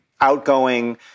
outgoing